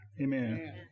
Amen